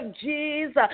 Jesus